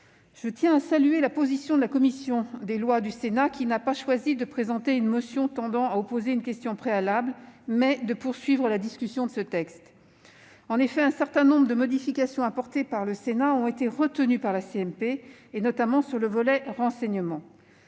Je tiens à saluer la position de la commission des lois du Sénat, qui a choisi, non pas de présenter une motion tendant à opposer une question préalable, mais de poursuivre la discussion du texte. En effet, un certain nombre de modifications apportées par le Sénat ont été retenues par la CMP, notamment sur le volet renseignement.